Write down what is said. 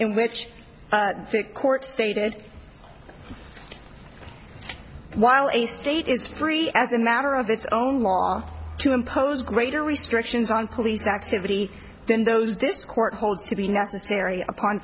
think court stated while a state is free as a matter of its own law to impose greater restrictions on police activity then those this court holds to be necessary upon